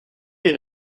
est